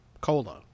cola